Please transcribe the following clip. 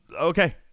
okay